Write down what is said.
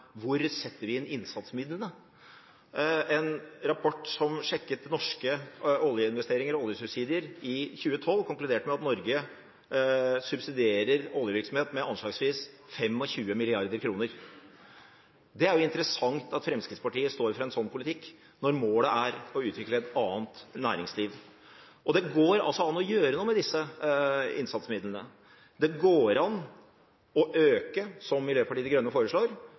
Hvor setter vi inn innsatsmidlene? En rapport der man sjekket norske oljeinvesteringer og oljesubsidier i 2012, konkluderte med at Norge subsidierer oljevirksomhet med anslagsvis 25 mrd. kr. Det er interessant at Fremskrittspartiet står for en sånn politikk, når målet er å utvikle et annet næringsliv. Det går an å gjøre noe med innsatsmidlene. Det går an å øke – som Miljøpartiet De Grønne foreslår